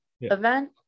event